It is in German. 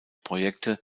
projekte